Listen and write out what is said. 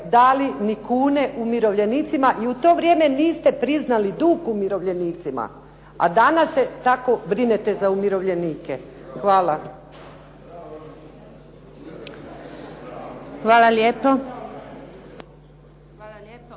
dali ni kune umirovljenicima i u to vrijeme niste priznali dug umirovljenicima, a danas se tako brinete za umirovljenike. Hvala. **Antunović, Željka (SDP)** Hvala lijepo.